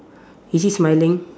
is he smiling